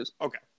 Okay